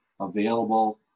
available